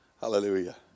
Hallelujah